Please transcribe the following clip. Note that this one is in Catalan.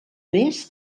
més